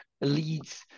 leads